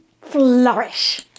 flourish